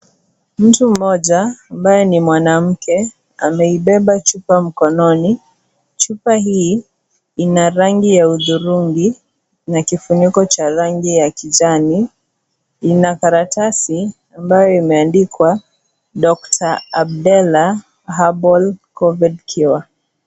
Mtu mmoja ambaye ni mwanamke, ameibeba chupa mkononi chupa hii ni ya rangi ya udhurungi, mnakifuniko cha rangi ya kijani, ina karatasi ambayo imeandikwa " Dr Abdallah Herbal Covid Cure".